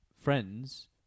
friends